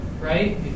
right